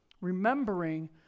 Remembering